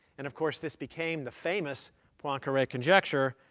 and of course, this became the famous poincare conjecture,